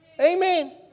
Amen